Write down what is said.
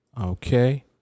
Okay